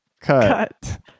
Cut